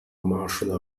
martial